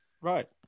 Right